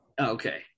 Okay